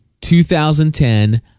2010